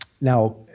now